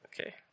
Okay